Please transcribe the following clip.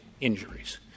injuries